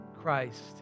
Christ